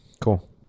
cool